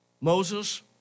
Moses